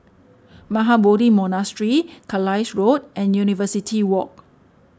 Mahabodhi Monastery Carlisle Road and University Walk